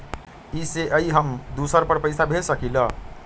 इ सेऐ हम दुसर पर पैसा भेज सकील?